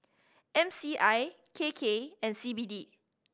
M C I K K and C B D